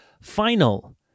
final